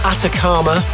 Atacama